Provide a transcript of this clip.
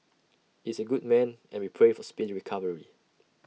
is A good man and we pray for speedy recovery